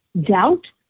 doubt